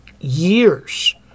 years